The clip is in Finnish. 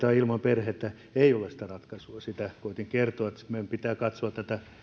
tai ilman perhettä eivät ole ratkaisu sitä koetin kertoa meidän pitää katsoa tätä